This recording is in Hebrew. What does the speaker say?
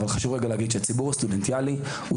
אבל חשוב להגיד שהציבור הסטודנטיאלי הוא